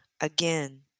Again